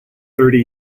thirty